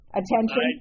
attention